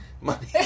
Money